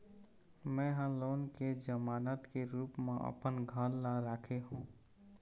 में ह लोन के जमानत के रूप म अपन घर ला राखे हों